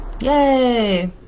Yay